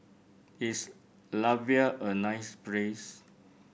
is Latvia a nice place